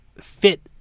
fit